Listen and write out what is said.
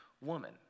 woman